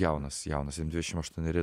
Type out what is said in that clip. jaunas jaunas jam dvidešim aštuoneri